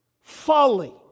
folly